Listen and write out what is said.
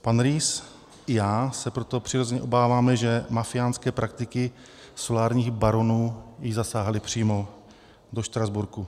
Pan Riess i já se proto přirozeně obáváme, že mafiánské praktiky solárních baronů již zasáhly přímo do Štrasburku.